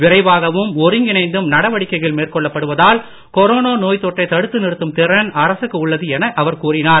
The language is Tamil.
விரைவாகவும் ஒருங்கிணைந்தும் நடவடிக்கைகள் மேற்கொள்ளப்படுவதால் கொரோனோ நோய் தொற்றை தடுத்து நிறுத்தும் திறன் அரசுக்கு உள்ளது என கூறினார்